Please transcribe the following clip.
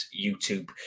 YouTube